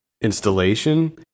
installation